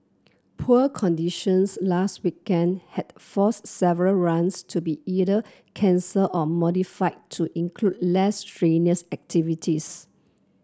poor conditions last weekend had forced several runs to be either cancelled or modified to include less strenuous activities